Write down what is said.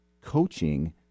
coaching